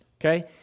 okay